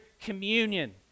communion